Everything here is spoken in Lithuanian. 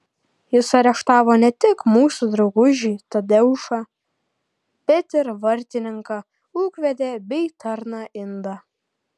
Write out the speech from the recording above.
jis areštavo ne tik mūsų draugužį tadeušą bet ir vartininką ūkvedę bei tarną indą